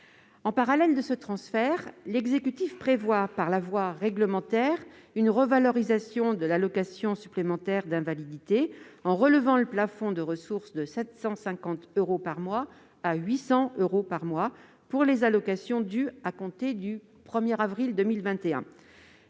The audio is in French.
En parallèle de ce transfert, l'exécutif prévoit, par la voie réglementaire, une revalorisation de l'allocation supplémentaire d'invalidité, en relevant le plafond de ressources de 750 euros par mois à 800 euros par mois pour les allocations dues à compter du 1 avril 2021.